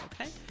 Okay